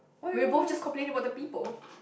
we'll both just complain about the people